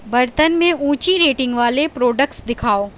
برتن میں اونچی ریٹنگ والے پروڈکٹس دکھاؤ